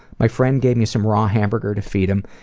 my friend gave me some raw hamburger to feed him,